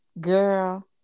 Girl